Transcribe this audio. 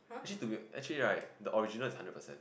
actually to be actually right the original is hundred percent